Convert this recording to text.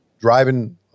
driving